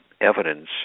evidence